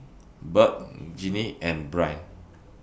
Burk Ginny and Brian